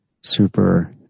super